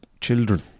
children